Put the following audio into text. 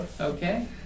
Okay